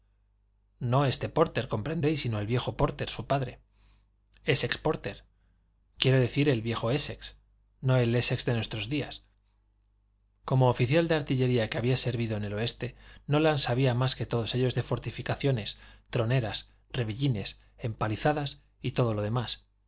no este pórter comprendéis sino el viejo pórter su padre éssex pórter quiero decir el viejo éssex no el éssex de nuestros días como oficial de artillería que había servido en el oeste nolan sabía más que todos ellos de fortificaciones troneras revellines empalizadas y todo lo demás